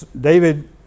David